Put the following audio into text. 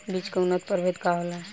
बीज के उन्नत प्रभेद का होला?